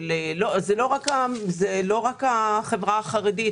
זה לא רק החברה החרדית,